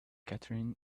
katherine